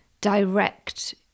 direct